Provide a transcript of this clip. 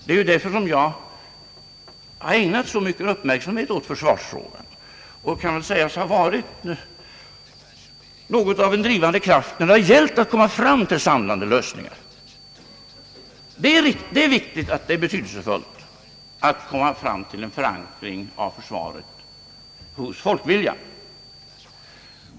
Det är därför jag har ägnat så stor uppmärksamhet åt försvarsfrå gan och kan sägas ha varit något av en drivande kraft när det gällt att komma fram till samlande lösningar. Det är riktigt att det är betydelsefullt att komma fram till en förankring av försvaret hos folkviljan.